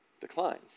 declines